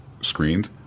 screened